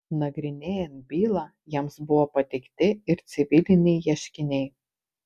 nagrinėjant bylą jiems buvo pateikti ir civiliniai ieškiniai